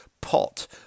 pot